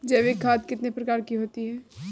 जैविक खाद कितने प्रकार की होती हैं?